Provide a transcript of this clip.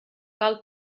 cal